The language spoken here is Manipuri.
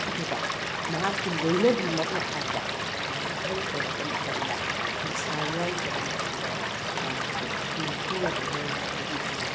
ꯑꯗꯨꯒ ꯃꯍꯥꯛꯀꯤ ꯂꯣꯏꯅꯕꯤꯃꯛꯅ ꯐꯥꯎꯕ ꯃꯍꯥꯛꯅ ꯑꯍꯜ ꯑꯣꯏꯔꯕ ꯃꯇꯝꯗ ꯄꯩꯁꯥ ꯌꯥꯎꯗ꯭ꯔꯕ ꯃꯇꯝꯗ ꯃꯍꯥꯛꯄꯨ ꯃꯄꯨꯔꯣꯏꯕ ꯑꯃ ꯑꯣꯏꯅ ꯅꯤꯡꯕꯤꯗꯕ